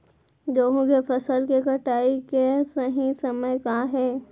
गेहूँ के फसल के कटाई के सही समय का हे?